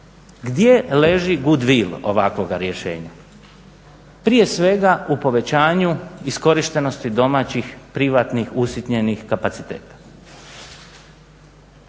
Gdje leži good will ovakvoga rješenja? Prije svega u povećanju iskorištenosti domaćih privatnih, usitnjenih kapaciteta.